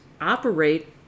operate